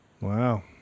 Wow